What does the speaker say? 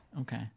okay